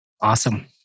Awesome